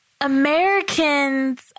Americans